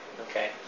okay